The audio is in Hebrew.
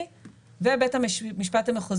מדובר על חברות שנהנות ממשאבי הטבע שלנו.